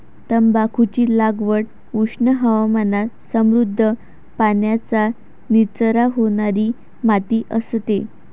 तंबाखूची लागवड उष्ण हवामानात समृद्ध, पाण्याचा निचरा होणारी माती असते